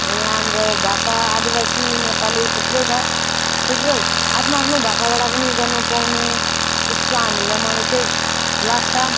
यहाँ हाम्रो भाषा आदिवासी नेपाली थुप्रै छ थुप्रै आफ्नो आफ्नो भाषाबाट पनि गर्नु पाउने त्यस्तो त हामीलाई मलाई चाहिँ लाग्छ